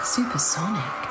Supersonic